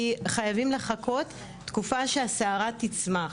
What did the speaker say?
כי חייבים לחכות תקופה שהשערה תצמח.